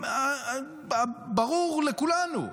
ברור לכולנו.